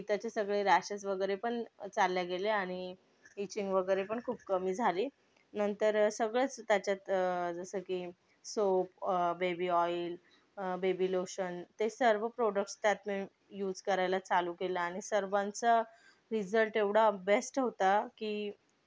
की त्याचे सगळे रॅशेस वगैरे पण चालले गेले आणि इचिंग वगैरे पण खूप कमी झाली नंतर सगळंच त्याच्यात जसं की soap baby oil baby lotion ते सर्व प्रोडक्ट्स त्यातून यूज करायला चालू केलं आणि सर्वांचा रिझल्ट एवढा बेस्ट होता की